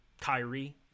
Kyrie